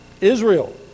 Israel